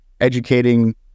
educating